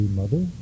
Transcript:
mother